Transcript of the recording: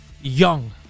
young